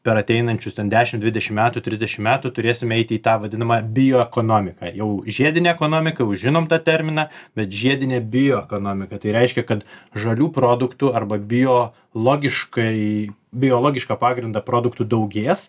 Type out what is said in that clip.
per ateinančius ten dešim dvidešim metų trisdešim metų turėsim eiti į tą vadinamą bioekonomiką jau žiedinę ekonomiką jau žinom tą terminą bet žiedinė bioekonomika tai reiškia kad žalių produktų arba bio logiškai biologišką pagrindą produktų daugės